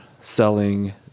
selling